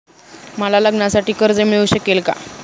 मला लग्नासाठी कर्ज मिळू शकेल का?